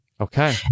okay